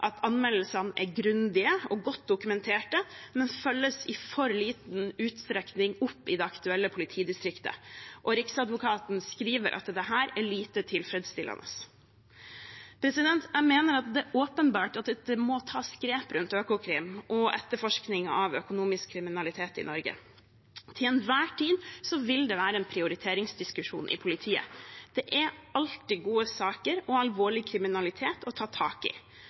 at anmeldelsene er grundige og godt dokumenterte, men følges i for liten utstrekning opp i det aktuelle politidistriktet. Riksadvokaten skriver at dette er lite tilfredsstillende. Jeg mener det er åpenbart at det må tas grep rundt Økokrim og etterforskningen av økonomisk kriminalitet i Norge. Til enhver tid vil det være en prioriteringsdiskusjon i politiet. Det er alltid gode saker og alvorlig kriminalitet å ta tak i.